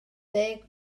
ddeg